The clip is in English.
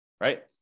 right